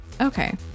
Okay